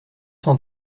cent